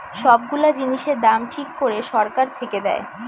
সব গুলা জিনিসের দাম ঠিক করে সরকার থেকে দেয়